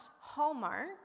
Hallmark